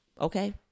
Okay